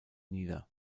nieder